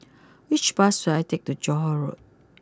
which bus should I take to Johore Road